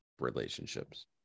relationships